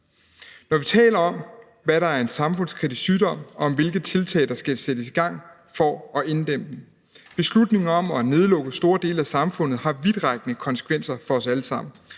når vi taler om, hvad der er en samfundskritisk sygdom, og om, hvilke tiltag der skal sættes i gang for at inddæmme den. Beslutning om at nedlægge store dele af samfundet har vidtrækkende konsekvenser for os alle sammen,